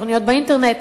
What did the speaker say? תוכניות באינטרנט.